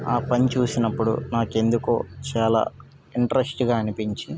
ఆ పని చూసినప్పుడు నాకెందుకో చాలా ఇంట్రెస్ట్గా అనిపించి